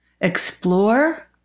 explore